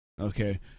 Okay